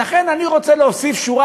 שצריך לאפשר לו את הזמן